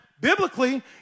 biblically